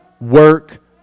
work